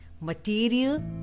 material